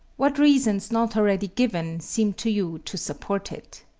what reasons not already given seem to you to support it?